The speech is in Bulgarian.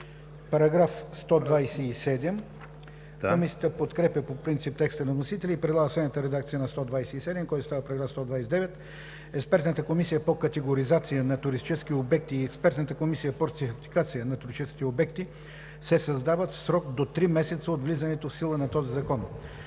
се отменят.“ Комисията подкрепя по принцип текста на вносителя и предлага следната редакция на § 127, който става § 129: „§ 129. (1) Експертната комисия по категоризация на туристически обекти и Експертната комисия по сертификация на туристически обекти се създават в срок до три месеца от влизането в сила на този закон.